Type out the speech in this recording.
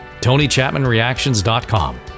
TonyChapmanReactions.com